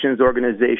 organizations